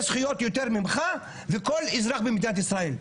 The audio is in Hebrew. זכויות יותר ממך ומכל אזרח במדינת ישראל.